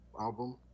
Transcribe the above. album